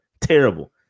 Terrible